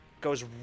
goes